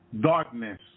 darkness